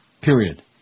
Period